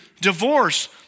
divorce